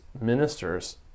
ministers